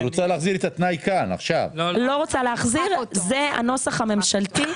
זה הנוסח הממשלתי,